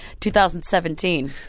2017